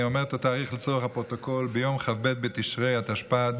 אני אומר את התאריך לצורך הפרוטוקול: ביום כ"ב בתשרי התשפ"ד,